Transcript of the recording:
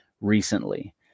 recently